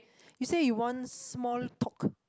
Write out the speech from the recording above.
you say you want small talk